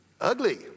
ugly